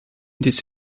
these